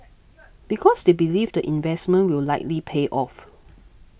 because they believe the investment will likely pay off